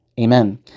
amen